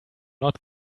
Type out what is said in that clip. not